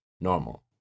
Normal